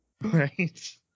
Right